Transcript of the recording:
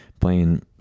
playing